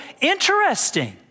interesting